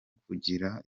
kugira